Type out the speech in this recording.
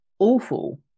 Awful